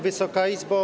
Wysoka Izbo!